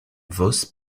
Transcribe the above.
vos